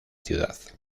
ciudad